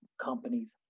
companies